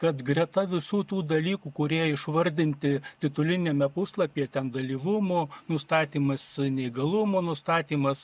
kad greta visų tų dalykų kurie išvardinti tituliniame puslapyje ten dalyvumo nustatymas neįgalumo nustatymas